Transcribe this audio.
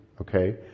okay